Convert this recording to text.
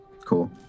Cool